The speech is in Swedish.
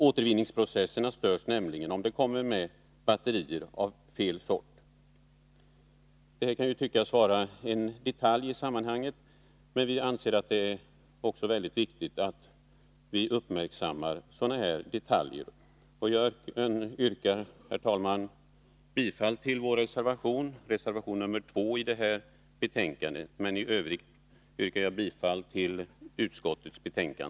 Återvinningsprocesserna störs nämligen om det kommer med batterier av fel sort. Det här kan tyckas vara en detalj i sammanhanget, men vi anser att det är mycket viktigt att man uppmärksammar sådana här detaljer. Jag yrkar, herr talman, bifall till vår reservation, nr 2, i förevarande betänkande. I övrigt yrkar jag bifall till utskottets hemställan.